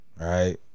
right